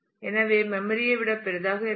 எனவே அது மெம்மரி ஐ விட பெரியதாக இருக்கலாம்